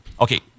Okay